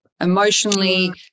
emotionally